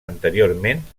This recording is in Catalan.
anteriorment